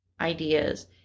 ideas